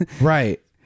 right